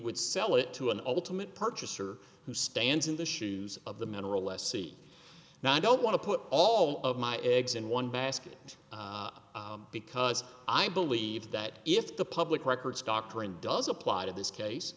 would sell it to an ultimate purchaser who stands in the shoes of the mineral lessee now i don't want to put all of my eggs in one basket because i believe that if the public records doctrine does apply to this case